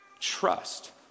trust